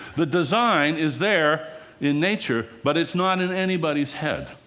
the design is there in nature, but it's not in anybody's head.